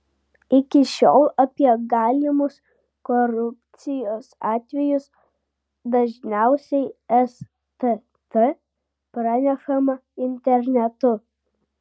iki šiol apie galimus korupcijos atvejus dažniausiai stt pranešama internetu